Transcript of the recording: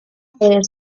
perder